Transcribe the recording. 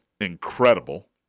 incredible